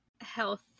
health